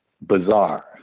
bizarre